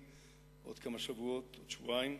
עוד כמה שבועות, עוד שבועיים,